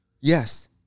Yes